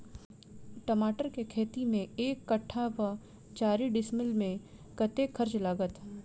टमाटर केँ खेती मे एक कट्ठा वा चारि डीसमील मे कतेक खर्च लागत?